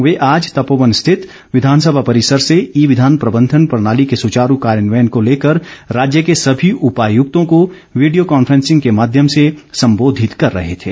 वे आज तपोवन स्थित विधानसभा परिसर से ई विधान प्रबंधन प्रणाली के सुचारू कार्यान्वयन को लेकर राज्य के सभी उपायुक्तों को विडियो कांफ्रेंसिंग के माध्यम से सम्बोधित कर रहे थे